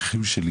האחים שלי,